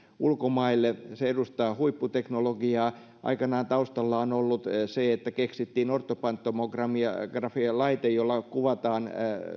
ulkomaille se edustaa huipputeknologiaa aikanaan taustalla on ollut se että keksittiin ortopantomografialaite jolla kuvataan